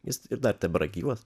jis ir dar tebėra gyvas